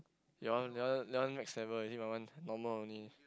your one your one your one make seven already my one normal only